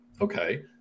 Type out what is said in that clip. okay